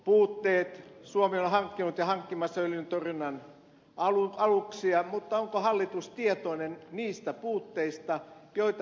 suomi on hankkinut ja hankkimassa öljyntorjunnan aluksia mutta onko hallitus tietoinen niistä puutteista joita öljyntorjunnassamme edelleen on